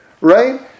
right